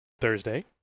Thursday